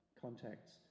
contacts